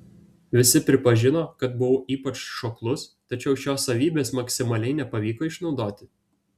visi pripažino kad buvau ypač šoklus tačiau šios savybės maksimaliai nepavyko išnaudoti